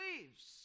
leaves